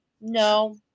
No